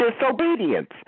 disobedience